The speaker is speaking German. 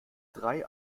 drei